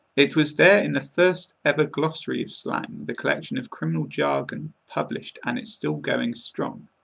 it was there in the first ever glossary of slang, the collection of criminal jargon published and it's still going strong.